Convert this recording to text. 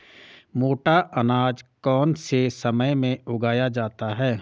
मोटा अनाज कौन से समय में उगाया जाता है?